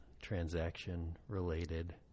transaction-related